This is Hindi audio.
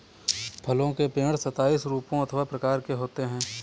फलों के पेड़ सताइस रूपों अथवा प्रकार के होते हैं